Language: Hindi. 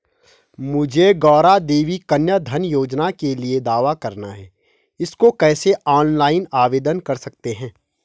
मुझे गौरा देवी कन्या धन योजना के लिए दावा करना है इसको कैसे ऑनलाइन आवेदन कर सकते हैं?